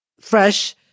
fresh